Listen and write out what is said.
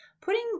putting